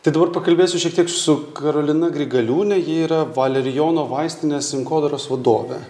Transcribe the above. tai dabar pakalbėsiu šiek tiek su karolina grigaliūne ji yra valerijono vaistinės rinkodaros vadovė